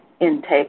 intake